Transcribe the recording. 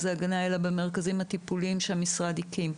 ההגנה אלא במרכזים הטיפוליים שהמשרד הקים,